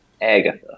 Agatha